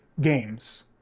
games